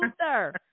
Luther